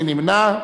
מי נמנע?